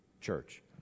church